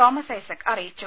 Thomas Isaac അറിയിച്ചു